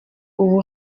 ubu